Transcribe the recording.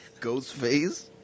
Ghostface